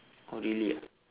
oh really ah